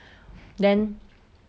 then